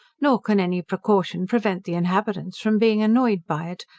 nor can any precaution prevent the inhabitants from being annoyed by it,